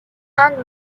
and